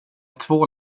två